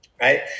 right